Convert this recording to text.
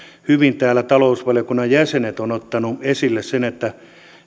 hyvin täällä talousvaliokunnan jäsenet ovat ottaneet esille sen että